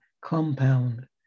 compound